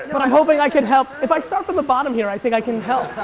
but i'm hoping i can help. if i start from the bottom here, i think i can help.